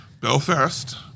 Belfast